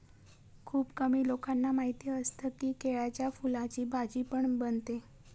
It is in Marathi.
खुप कमी लोकांना माहिती असतं की, केळ्याच्या फुलाची भाजी पण बनते